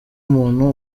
umuntu